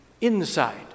inside